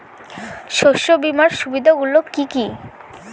শস্য বিমার সুবিধাগুলি কি কি?